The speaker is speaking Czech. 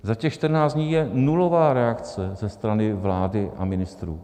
Za těch 14 dní je nulová reakce ze strany vlády a ministrů.